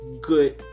Good